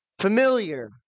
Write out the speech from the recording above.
familiar